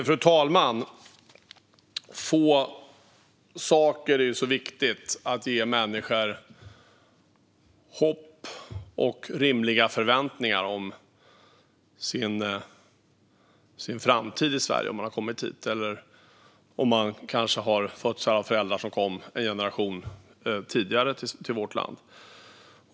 Fru talman! Få saker är så viktiga som att ge människor hopp och rimliga förväntningar om sin framtid i Sverige, om de har kommit till vårt land eller kanske har en föräldrageneration som kommit hit tidigare.